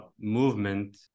movement